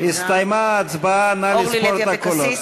בשמות חברי הכנסת) אורלי לוי אבקסיס,